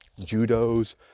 judos